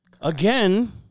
Again